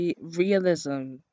realism